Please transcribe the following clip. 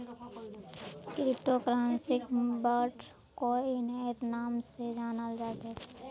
crypto करन्सीक बिट्कोइनेर नाम स जानाल जा छेक